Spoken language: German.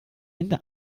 ende